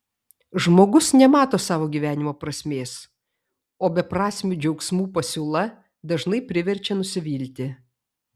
žmogus nemato savo gyvenimo prasmės o beprasmių džiaugsmų pasiūla dažnai priverčia nusivilti